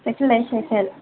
cycle लायै cycle